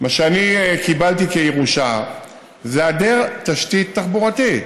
מה שאני קיבלתי כירושה זה היעדר תשתית תחבורתית.